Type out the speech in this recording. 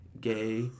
gay